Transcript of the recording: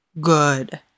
good